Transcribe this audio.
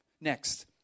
next